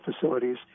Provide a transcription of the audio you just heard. facilities